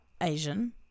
Asian